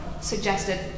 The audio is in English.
suggested